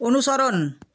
অনুসরণ